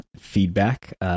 feedback